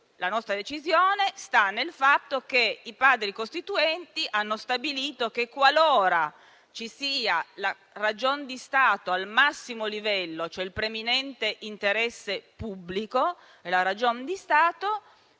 La nostra decisione sta nel fatto che i Padri costituenti hanno stabilito che, qualora ci sia la ragion di Stato al massimo livello, cioè il preminente interesse pubblico, quindi -